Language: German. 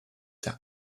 der